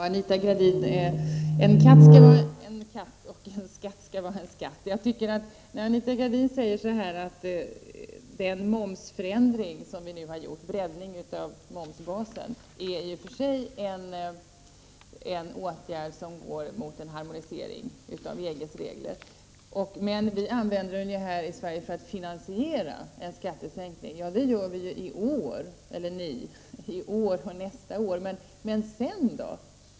Fru talman! Ja, Anita Gradin, en katt skall vara en katt och en skatt skall vara en skatt. Anita Gradin säger att breddning av momsbasen i och för sig är en åtgärd som leder mot harmonisering med EG:s regler men att vi här i Sverige använder den metoden för att finansiera en skattesänkning. Ja, det gör vi — eller rättare sagt ni — nästa år. Men sedan då?